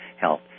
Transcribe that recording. health